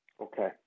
Okay